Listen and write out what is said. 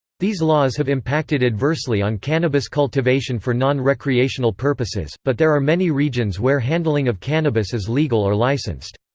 these laws have impacted adversely on cannabis cultivation for non-recreational purposes, but there are many regions where handling of cannabis is legal or licensed.